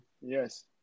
Yes